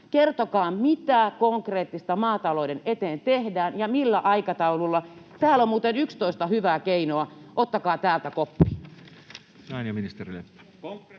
Kertokaa, mitä konkreettista maatalouden eteen tehdään ja millä aikataululla. Täällä on muuten 11 hyvää keinoa. Ottakaa täältä koppi.